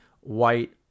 white